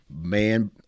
man